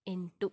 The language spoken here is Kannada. ಎಂಟು